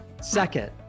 second